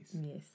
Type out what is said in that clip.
Yes